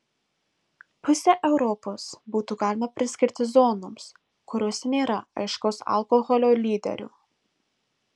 pusę europos būtų galima priskirti zonoms kuriose nėra aiškaus alkoholio lyderio